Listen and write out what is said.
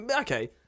okay